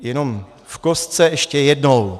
Jenom v kostce ještě jednou.